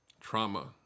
Trauma